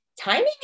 Timing